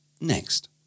Next